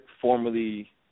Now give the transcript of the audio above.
formerly